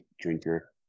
drinker